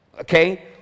okay